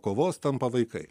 kovos tampa vaikai